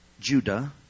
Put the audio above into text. Judah